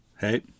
Hey